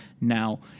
now